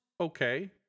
okay